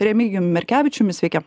remigijum merkevičiumi sveiki